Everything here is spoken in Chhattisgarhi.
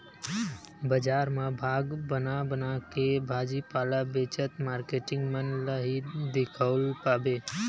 बजार म भाग बना बनाके भाजी पाला बेचत मारकेटिंग मन ल ही दिखउल पाबे